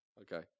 Okay